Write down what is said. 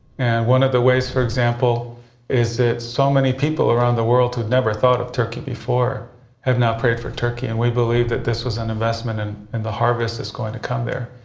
and one of the ways for example is that so many people around the world to never thought of turkey before have not paid for turkey and we believe that this was an investment in and and the harvest is going to come there.